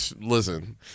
Listen